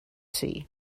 sea